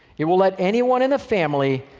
it will let anyone in the family,